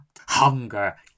hunger